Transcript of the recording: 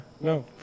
no